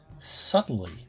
Subtly